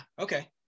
Okay